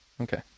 Okay